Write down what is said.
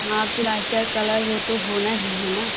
हाँ plaster colour वह तो होना ही है ना